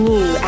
New